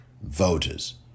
voters